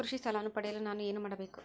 ಕೃಷಿ ಸಾಲವನ್ನು ಪಡೆಯಲು ನಾನು ಏನು ಮಾಡಬೇಕು?